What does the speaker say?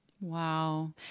Wow